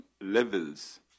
levels